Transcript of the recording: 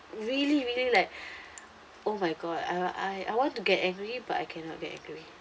really really like oh my god I I I want to get angry but I cannot get angry